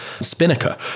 Spinnaker